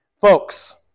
folks